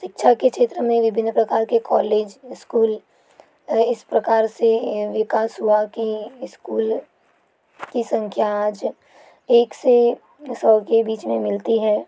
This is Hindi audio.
शिक्षा के क्षेत्र में विभिन्न प्रकार के कॉलेज स्कूल इस प्रकार से विकास हुआ कि स्कूल की संख्या आज एक से सौ के बीच में मिलती है